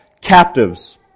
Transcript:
captives